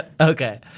Okay